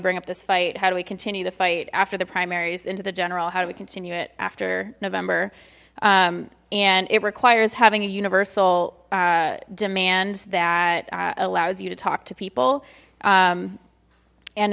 bring up this fight how do we continue the fight after the primaries into the general how do we continue it after november and it requires having a universal demand that allows you to talk to people